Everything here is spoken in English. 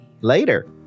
later